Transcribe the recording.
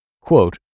Quote